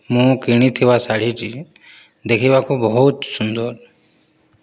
ମୁଁ କିଣିଥିବା ଶାଢ଼ୀଟି ଦେଖିବାକୁ ବହୁତ ସୁନ୍ଦର